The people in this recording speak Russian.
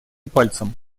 пальцем